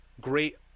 Great